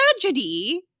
tragedy